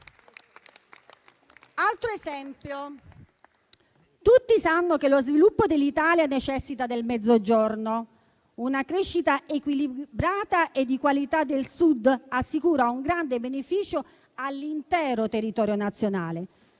Altro esempio: tutti sanno che lo sviluppo dell'Italia necessita del Mezzogiorno. Una crescita equilibrata e di qualità del Sud assicura un grande beneficio all'intero territorio nazionale.